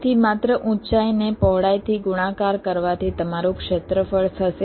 તેથી માત્ર ઊંચાઈને પહોળાઈથી ગુણાકાર કરવાથી તમારું ક્ષેત્રફળ થશે